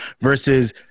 versus